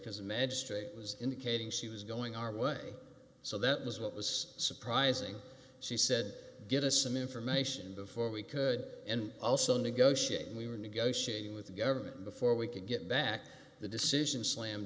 because the magistrate was indicating she was going our way so that was what was surprising she said get us some information before we could and also negotiate and we were negotiating with the government before we could get back the decision slam